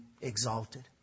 exalted